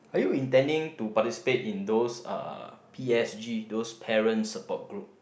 are you intending to participate in those uh P_S_G those parent support group